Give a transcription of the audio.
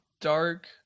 dark